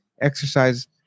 exercise